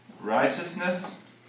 righteousness